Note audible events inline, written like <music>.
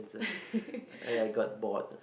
<laughs>